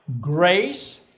grace